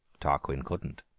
tarquin couldn't.